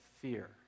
fear